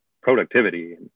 productivity